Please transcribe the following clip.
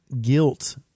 guilt